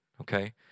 okay